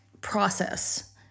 process